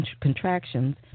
contractions